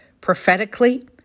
Prophetically